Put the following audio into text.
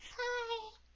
Hi